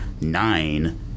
nine